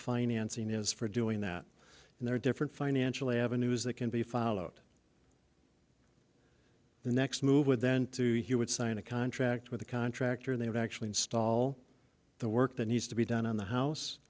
financing is for doing that and there are different financial avenues that can be followed the next move would then he would sign a contract with the contractor they would actually install the work that needs to be done on the house